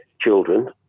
children